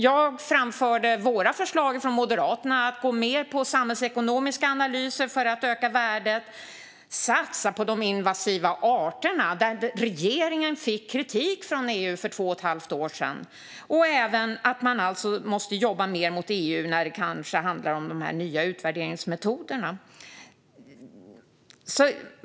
Jag framförde våra förslag från Moderaterna om att gå med på samhällsekonomiska analyser för att öka värdet och att satsa på de invasiva arterna, där regeringen fick kritik från EU för två och ett halvt år sedan, och även att man alltså måste jobba mer mot EU när det handlar om de nya utvärderingsmetoderna.